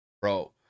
Bro